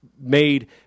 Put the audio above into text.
made